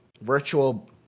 Virtual